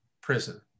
prison